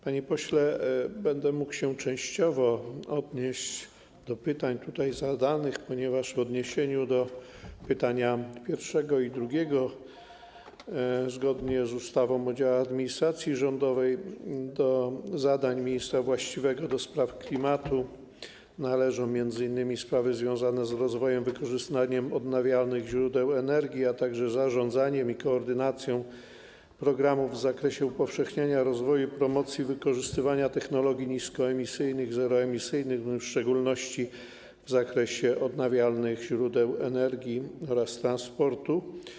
Panie pośle, będę mógł częściowo odnieść się do pytań tutaj zadanych, ponieważ w odniesieniu do pytań pierwszego i drugiego, zgodnie z ustawą o działach administracji rządowej, to do zadań ministra właściwego do spraw klimatu należą m.in. sprawy związane z rozwojem i wykorzystaniem odnawialnych źródeł energii, a także z zarządzaniem programami i koordynacją programów w zakresie upowszechniania rozwoju i promocji wykorzystywania technologii niskoemisyjnych, zeroemisyjnych, w szczególności w zakresie odnawialnych źródeł energii oraz transportu.